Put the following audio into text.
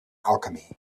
alchemy